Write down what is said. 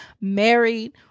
married